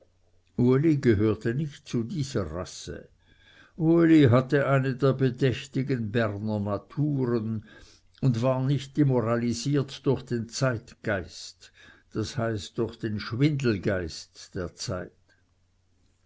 uli gehörte nicht zu dieser rasse uli hatte eine der bedächtigen berner naturen und war nicht demoralisiert durch den zeitgeist das heißt durch den schwindelgeist der zeit